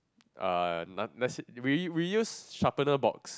uh that is we use we use sharpener box